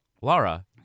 Laura